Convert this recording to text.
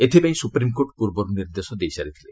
ଏଥିପାଇଁ ସୁପ୍ରିମ୍କୋର୍ଟ ପୂର୍ବରୁ ନିର୍ଦ୍ଦେଶ ଦେଇସାରିଥିଲେ